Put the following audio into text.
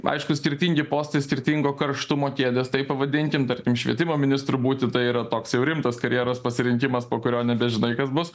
aišku skirtingi postai skirtingo karštumo kėdės taip pavadinkim tarkim švietimo ministru būti tai yra toks jau rimtas karjeros pasirinkimas po kurio nebežinai kas bus